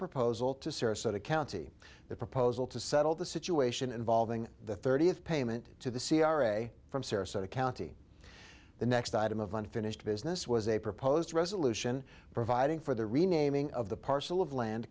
proposal to sarasota county the proposal to settle the situation involving the thirtieth payment to the c r a from sarasota county the next item of unfinished business was a proposed resolution providing for the renaming of the parcel of land